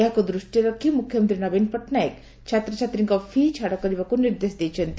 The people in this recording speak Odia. ଏହାକୁ ଦୃଷ୍ଟିରେ ରଖି ମୁଖ୍ୟମନ୍ତୀ ନବୀନ ପଟ୍ଟନାୟକ ଛାତ୍ରଛାତ୍ରୀଙ୍କ ଫି' ଛାଡ କରିବାକୁ ନିର୍ଦ୍ଦେଶ ଦେଇଛନ୍ତି